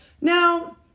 Now